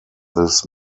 this